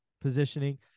positioning